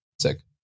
sick